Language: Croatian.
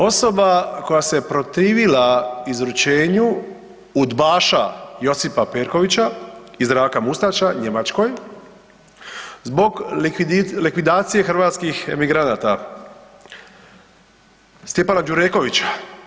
Osoba koja se je protivila izručenju udbaša Josipa Perkovića i Zdravka Mustača Njemačkoj zbog likvidacije hrvatskih emigranata, Stjepana Đurekovića.